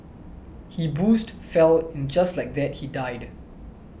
he boozed fell and just like that he died